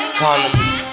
condoms